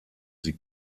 sie